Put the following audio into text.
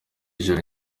jolly